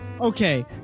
Okay